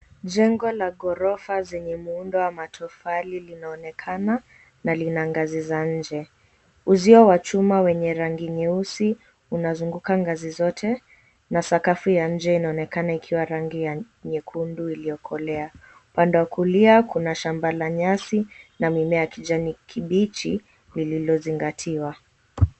Jengo la ghorofa zenye muundo wa matofali linaonekana na lina ngazi za njee. Uzia wa chuma wenye rangi nyeusi unazunguka ngazi zote na sakafu ya njee inaonekana ikiwa ya rangi nyekundu iliyokolea. Kuna shamba la nyasi na mimea ya kijani kibichi.